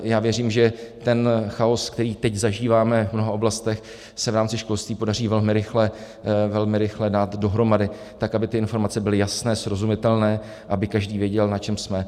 Já věřím, že ten chaos, který teď zažíváme v mnoha oblastech, se v rámci školství podaří velmi rychle dát dohromady tak, aby ty informace byly jasné, srozumitelné, aby každý věděl, na čem jsme.